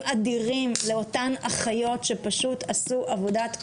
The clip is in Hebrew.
אדירים לאותן אחיות שפשוט עשו עבודת קודש.